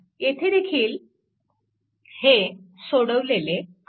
हेदेखील येथे सोडवलेले आहे